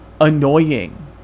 annoying